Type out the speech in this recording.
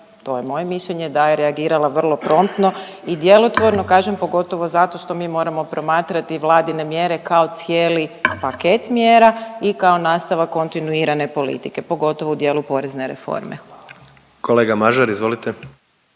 to je moje mišljenje, da je reagirala vrlo promptno i djelotvorno, kažem pogotovo zato što mi moramo promatrati vladine mjere kao cijeli paket mjera i kao nastavak kontinuirane politike, pogotovo u dijelu porezne reforme. Hvala. **Jandroković,